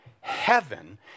heaven